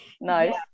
Nice